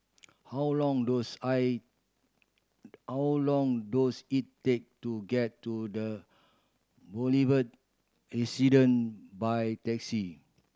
how long does I how long does it take to get to The Boulevard Resident by taxi